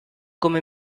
come